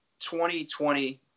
2020